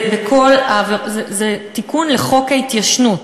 זה תיקון לחוק ההתיישנות.